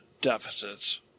deficits